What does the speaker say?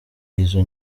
izo